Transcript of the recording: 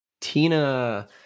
Tina